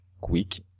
quick